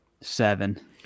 seven